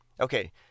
Okay